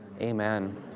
Amen